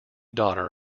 daughter